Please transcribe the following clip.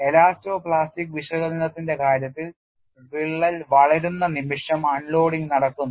elasto plastic വിശകലനത്തിന്റെ കാര്യത്തിൽ വിള്ളൽ വളരുന്ന നിമിഷം അൺലോഡിംഗ് നടക്കുന്നു